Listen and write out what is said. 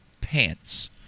pants